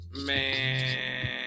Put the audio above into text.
Man